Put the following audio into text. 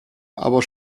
aber